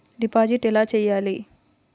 Deposit ఎలా చెయ్యాలి?